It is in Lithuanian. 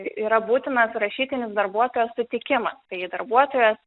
yra būtinas rašytinis darbuotojo sutikimas tai darbuotojas